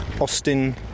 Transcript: Austin